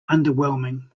underwhelming